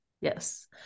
Yes